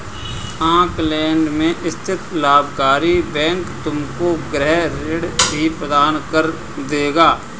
Auckland में स्थित लाभकारी बैंक तुमको गृह ऋण भी प्रदान कर देगा